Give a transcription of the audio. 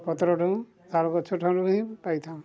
ପତ୍ର ଠୁ ସାରୁ ଗଛ ଠାରୁ ବି ପାଇଥାଉ